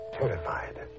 terrified